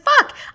fuck